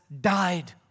died